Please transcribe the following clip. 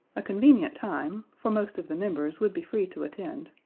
a convenient time, for most of the members would be free to attend,